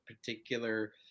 particular